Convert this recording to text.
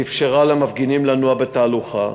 ואפשרה למפגינים לנוע בתהלוכה,